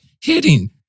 hitting